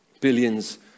Billions